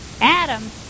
Adam